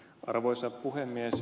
arvoisa puhemies